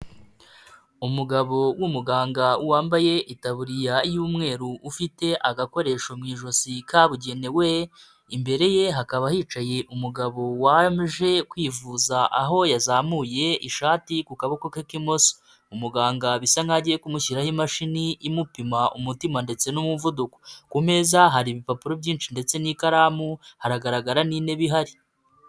Umugabo w'umuganga wambaye itaburiya y'umweru ufite agakoresho mu ijosi kabugenewe, imbere ye hakaba hicaye umugabo waje kwivuza aho yazamuye ishati ku kaboko ke kimoso, umuganga bisa nkaho agiye kumushyiraho imashini imupima umutima ndetse n'umuvuduko, ku meza hari ibipapuro byinshi ndetse n'ikaramu haragaragara n'intebe ihari.